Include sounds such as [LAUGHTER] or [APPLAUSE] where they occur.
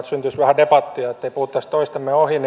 [UNINTELLIGIBLE] syntyisi vähän debattia ettei puhuttaisi toistemme ohi [UNINTELLIGIBLE]